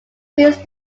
frees